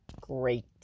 Great